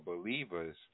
believers